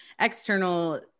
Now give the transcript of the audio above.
external